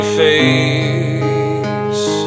face